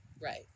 Right